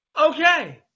okay